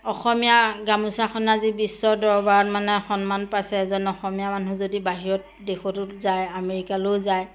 অসমীয়া গামোচা খনে আজি বিশ্বৰ দৰবাৰত মানে সন্মান পাইছে এজন অসমীয়া মানুহ যদি বাহিৰৰ দেশতো যায় আমেৰিকালৈও যায়